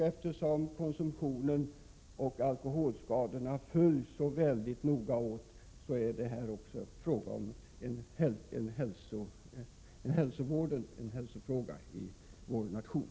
Eftersom alkoholkonsumtionen och alkoholskadorna har ett direkt samband, är detta också en hälsofråga i vår nation.